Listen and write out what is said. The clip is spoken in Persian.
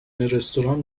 رستوران